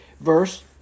verse